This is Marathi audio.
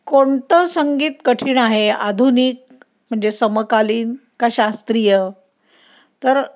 कोणतं संगीत कठीण आहे आधुनिक म्हणजे समकालीन का शास्त्रीय तर